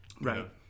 Right